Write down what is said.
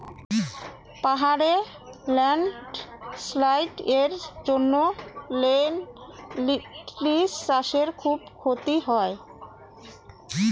পাহাড়ে ল্যান্ডস্লাইডস্ এর জন্য লেনটিল্স চাষে খুব ক্ষতি হয়